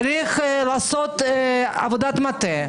צריך לעשות עבודת מטה.